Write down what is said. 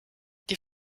die